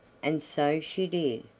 and so she did,